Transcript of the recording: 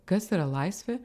kas yra laisvė